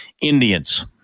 Indians